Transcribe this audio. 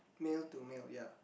mail to meal ya